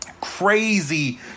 Crazy